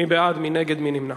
מי בעד, מי נגד, מי נמנע.